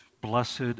blessed